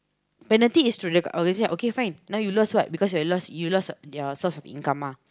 penalty is through okay fine now you lost what you lost you lost your source of income ah